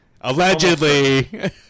allegedly